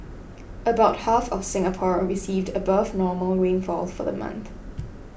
about half of Singapore received above normal rainfall for the month